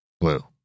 blue